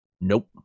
Nope